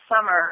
summer